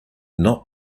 not